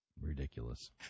ridiculous